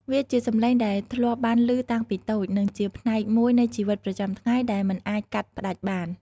វាជាសំឡេងដែលធ្លាប់បានឮតាំងពីតូច និងជាផ្នែកមួយនៃជីវិតប្រចាំថ្ងៃដែលមិនអាចកាត់ផ្ដាច់បាន។